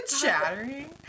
Chattering